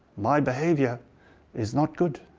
my behaviour is not good.